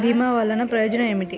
భీమ వల్లన ప్రయోజనం ఏమిటి?